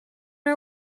our